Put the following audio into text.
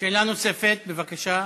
שאלה נוספת, בבקשה.